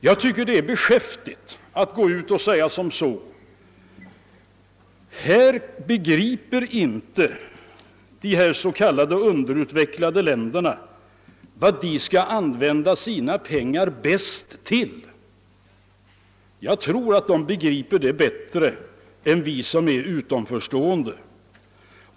Jag tycker att det är beskäftigt att säga, att de s.k. underutvecklade länderna inte begriper hur de bäst skall använda sina pengar. Jag tror att de begriper det bättre än vi som står utanför.